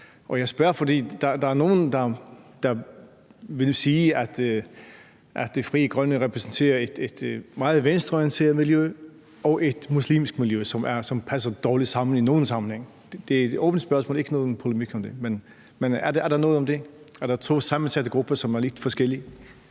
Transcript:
Jeg spørger, for der er nogle, der vil sige, at Frie Grønne repræsenterer et meget venstreorienteret miljø og et muslimsk miljø, som i nogle sammenhænge passer dårligt sammen. Det er et åbent spørgsmål, så der er ikke nogen polemik om det. Er der noget om det? Er der tale om to sammensatte grupper, som er lidt forskellige?